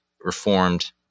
reformed